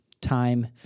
time